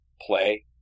play